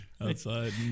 Outside